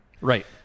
Right